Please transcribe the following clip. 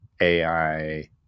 AI